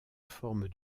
forme